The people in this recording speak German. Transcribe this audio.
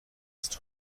ist